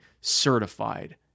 certified